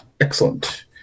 Excellent